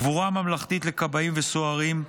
קבורה ממלכתית לכבאים וסוהרים,